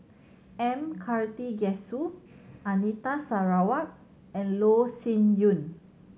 M Karthigesu Anita Sarawak and Loh Sin Yun